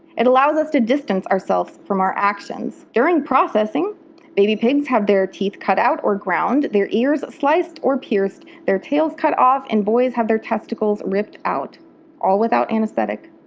it allows us to distance ourselves from our actions. during processing baby pigs have their teeth cut or ground, their ears sliced or pierced, their tails cut off and boys have their testicles ripped out all without anesthetic.